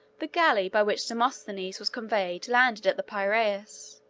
the galley by which demosthenes was conveyed landed at the piraeus.